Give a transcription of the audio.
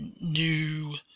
new